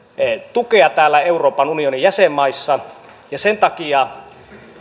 tukea täällä euroopan unionin jäsenmaissa ja sen takia